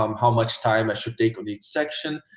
um how much time i should take of each section.